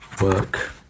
work